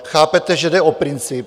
Chápete, že jde o princip?